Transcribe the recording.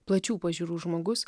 plačių pažiūrų žmogus